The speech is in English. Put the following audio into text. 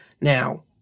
Now